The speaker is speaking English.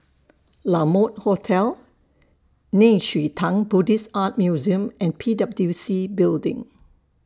La Mode Hotel Nei Xue Tang Buddhist Art Museum and P W C Building